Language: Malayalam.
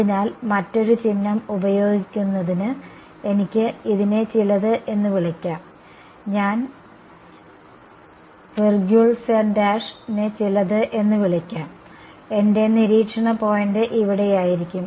അതിനാൽ മറ്റൊരു ചിഹ്നം ഉപയോഗിക്കുന്നതിന് എനിക്ക് ഇതിനെ ചിലത് എന്ന് വിളിക്കാം ഞാൻ നെ ചിലത് എന്ന് വിളിക്കാം എന്റെ നിരീക്ഷണ പോയിന്റ് ഇവിടെയായിരിക്കും